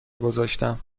گذاشتم